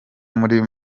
muri